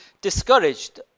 discouraged